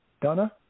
Donna